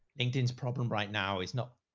linkedin's problem right now is not,